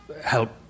help